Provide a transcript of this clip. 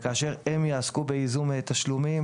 שכאשר הם יעסקו בייזום תשלומים